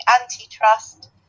antitrust